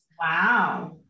Wow